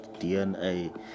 dna